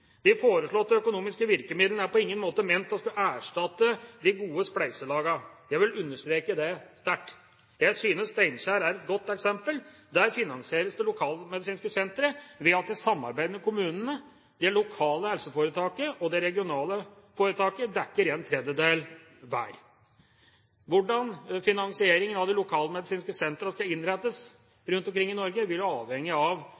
De foreslåtte økonomiske virkemidlene er på ingen måte ment å skulle erstatte de gode spleiselagene; jeg vil understreke det sterkt. Jeg synes Steinkjer er et godt eksempel. Der finansieres det lokalmedisinske senteret ved at de samarbeidende kommunene, det lokale helseforetaket og det regionale helseforetaket dekker en tredjedel hver. Hvordan finansieringen av de lokalmedisinske sentrene skal innrettes rundt omkring i Norge, vil jo sjølsagt avhenge av